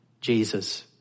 Jesus